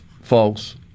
folks